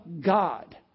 God